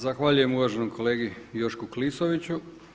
Zahvaljujem uvaženom kolegi Jošku Klisoviću.